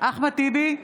אחמד טיבי,